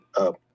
up